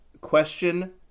question